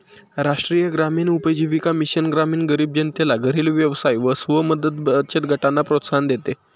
राष्ट्रीय ग्रामीण उपजीविका मिशन ग्रामीण गरीब जनतेला घरेलु व्यवसाय व स्व मदत बचत गटांना प्रोत्साहन देते